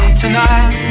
tonight